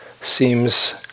seems